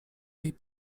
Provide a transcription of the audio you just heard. jej